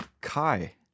Kai